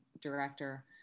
director